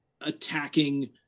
attacking